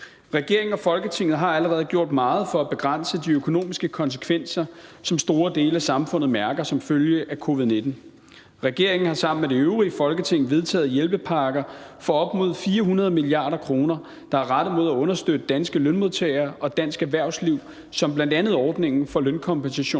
Regeringen og Folketinget har allerede gjort meget for at begrænse de økonomiske konsekvenser, som store dele af samfundet mærker som følge af covid-19. Regeringen har sammen med det øvrige Folketing vedtaget hjælpepakker for op mod 400 mia. kr., der er rettet mod at understøtte danske lønmodtagere og dansk erhvervsliv, bl.a. ordningen for lønkompensation